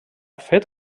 fet